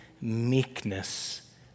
meekness